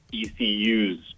ECU's